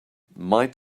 might